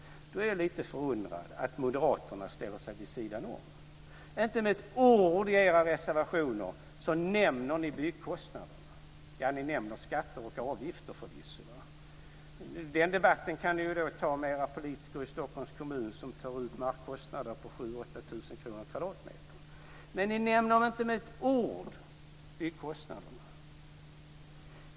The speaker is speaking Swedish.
Jag är då lite förundrad över att ni i Moderaterna ställer er vid sidan om. Inte med ett ord i era reservationer nämner ni byggkostnaderna. Ja, ni nämner förvisso skatter och avgifter. Den debatten kan ni ta med era politiker i Stockholms kommun, som tar ut markkostnader på 7 000-8 000 kr per kvadratmeter. Men ni nämner inte med ett ord byggkostnaderna.